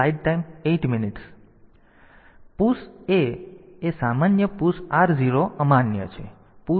તેથી push A એ અમાન્ય પુશ r0 અમાન્ય છે પુશ r1 અમાન્ય છે